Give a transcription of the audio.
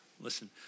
Listen